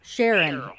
Sharon